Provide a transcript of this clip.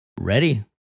Ready